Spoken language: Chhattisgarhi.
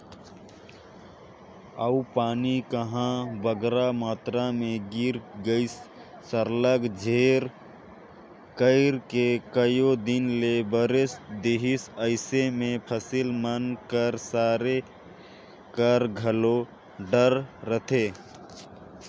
अउ पानी कहांे बगरा मातरा में गिर गइस सरलग झेर कइर के कइयो दिन ले बरेस देहिस अइसे में फसिल मन कर सरे कर घलो डर रहथे